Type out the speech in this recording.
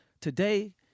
Today